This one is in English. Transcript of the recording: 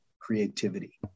creativity